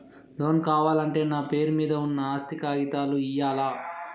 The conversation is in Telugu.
లోన్ కావాలంటే నా పేరు మీద ఉన్న ఆస్తి కాగితాలు ఇయ్యాలా?